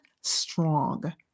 strong